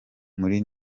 muri